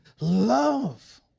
love